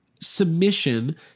submission